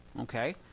okay